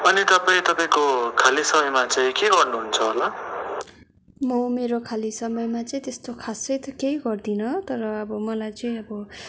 अनि तपाईँ तपाईँको खाली समयमा चाहिँ के गर्नुहुन्छ होला म मेरो खाली समयमा चाहिँ त्यस्तो खासै त केही गर्दिनँ तर अब मलाई चाहिँ अब